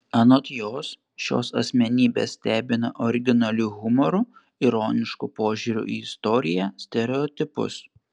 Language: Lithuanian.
anot jos šios asmenybės stebina originaliu humoru ironišku požiūriu į istoriją stereotipus